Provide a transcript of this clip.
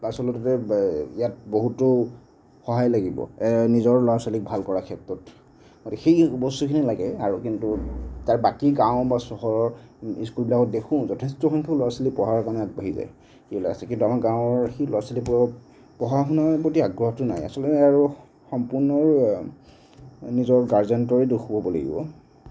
আচলতে ইয়াত বহুতো সহায় লাগিব নিজৰ ল'ৰা ছোৱালীক ভাল কৰাৰ ক্ষেত্ৰত সেই বস্তুখিনি লাগে আৰু কিন্তু তাত বাকী গাঁও বা চহৰৰ স্কুলবিলাকত দেখোঁ যথেষ্ট সংখ্যক ল'ৰা ছোৱালী পঢ়াৰ কাৰণে আগবাঢ়ি যায় কিন্তু আমাৰ গাঁৱৰ সেই ল'ৰা ছোৱালীবোৰৰ পঢ়া শুনাৰ প্ৰতি সেই আগ্ৰহটো নাই আচলতে আৰু সম্পূৰ্ণ নিজৰ গাৰ্জেণ্টৰে দোষ বুলি ক'ব লাগিব